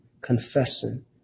confessing